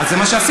אז זה מה שעשית,